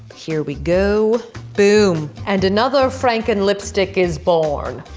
here we go boom, and another franken-lipstick is born